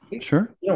Sure